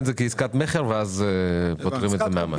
את זה כעסקת מכר ואז פוטרים את זה ממס.